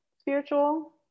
spiritual